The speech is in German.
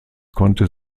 konnte